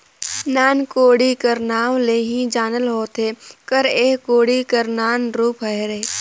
नान कोड़ी कर नाव ले ही जानल होथे कर एह कोड़ी कर नान रूप हरे